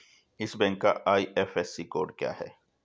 इस बैंक का IFSC code क्या है?